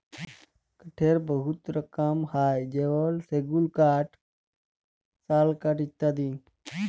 কাঠের বহুত রকম হ্যয় যেমল সেগুল কাঠ, শাল কাঠ ইত্যাদি